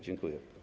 Dziękuję.